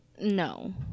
no